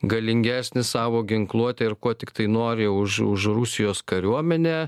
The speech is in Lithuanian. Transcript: galingesnis savo ginkluote ir kuo tiktai nori už už rusijos kariuomenę